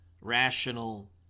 rational